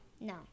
No